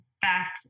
fast